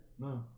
No